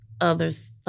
others